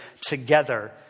together